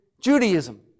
Judaism